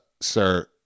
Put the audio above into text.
sir